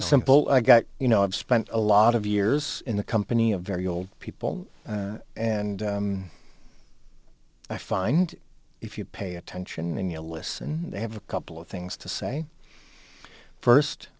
simple i got you know i've spent a lot of years in the company of very old people and i find if you pay attention any a listen they have a couple of things to say first